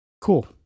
cool